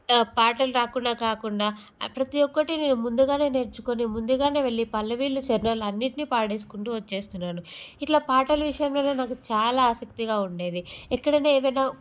పాటలు రాకుండా కాకుండా ప్రతీ ఒక్కటి నేను ముందుగానే నేర్చుకుని ముందుగానే వెళ్ళి పల్లవీలు చరణాలు అనింటిని పాడేసుకుంటూ వచ్చేస్తున్నాను ఇలా పాటల విషయంలోనే నాకు చాలా ఆసక్తిగా ఉండేది ఎక్కడైనా ఏమైనా